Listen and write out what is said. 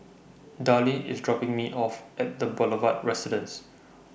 Darline IS dropping Me off At The Boulevard Residence